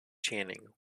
channing